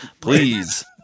Please